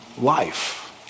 life